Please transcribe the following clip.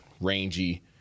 rangy